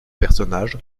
personnages